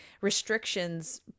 restrictions